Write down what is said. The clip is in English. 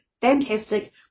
fantastic